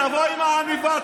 איפה אתה,